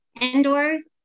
indoors